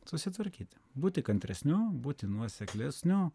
susitvarkyti būti kantresniu būti nuoseklesniu